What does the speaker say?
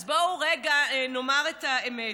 אז בואו רגע נאמר את האמת: